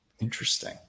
Interesting